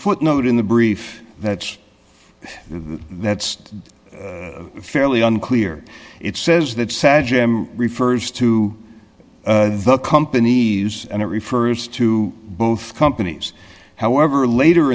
footnote in the brief that's that's fairly unclear it says that sajad refers to the companies and it refers to both companies however later